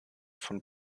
von